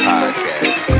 Podcast